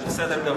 זה בסדר גמור.